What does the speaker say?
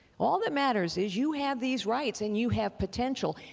all that matters is you have these rights and you have potential,